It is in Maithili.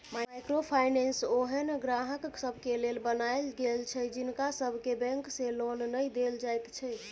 माइक्रो फाइनेंस ओहेन ग्राहक सबके लेल बनायल गेल छै जिनका सबके बैंक से लोन नै देल जाइत छै